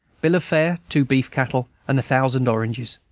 bill of fare two beef-cattle and a thousand oranges.